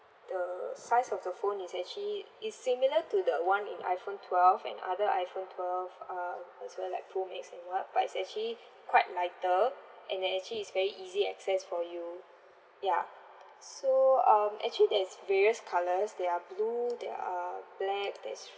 the size of the phone is actually it's similar to the one in iPhone twelve and other iPhone twelve uh as well like pro max and what but it's actually quite lighter and then actually it's very easy access for you ya so um actually there is various colours there are blue there are black there's